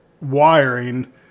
wiring